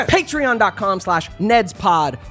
Patreon.com/slash/Ned'sPod